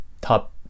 top